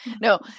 No